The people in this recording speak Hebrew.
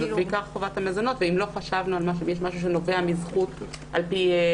זו בעיקר חובת המזונות ואם יש משהו שנובע מזכות זו.